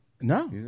No